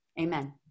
Amen